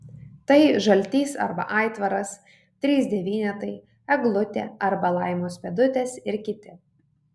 tai žaltys arba aitvaras trys devynetai eglutė arba laimos pėdutės ir kiti